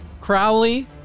Crowley